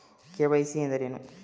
KYC ಎಂದರೇನು?